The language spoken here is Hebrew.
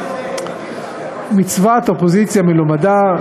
מצוות אופוזיציה מלומדה,